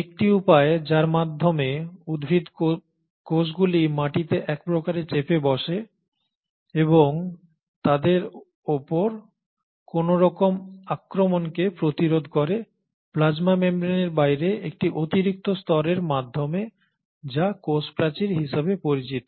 একটি উপায় যার মাধ্যমে উদ্ভিদ কোষগুলি মাটিতে এক প্রকার চেপে বসে এবং তাদের ওপর কোনও রকম আক্রমণকে প্রতিরোধ করে প্লাজমা মেমব্রেনের বাইরে একটি অতিরিক্ত স্তরের মাধ্যমে যা কোষ প্রাচীর হিসাবে পরিচিত